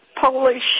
Polish